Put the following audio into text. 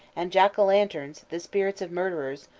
and jack-o'-lanterns, the spirits of murderers,